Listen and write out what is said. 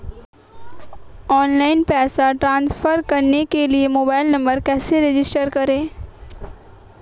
Online पैसे transfer करने के लिए मोबाइल नंबर कैसे रजिस्टर करें?